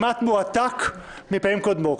כמעט מועתק מפעמים קודמות.